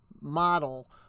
model